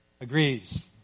agrees